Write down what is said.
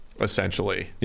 essentially